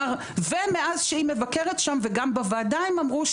ומאז שהיא מבקרת שם וגם בוועדה הם אמרו,